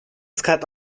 skat